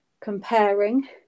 comparing